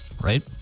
Right